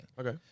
Okay